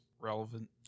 relevant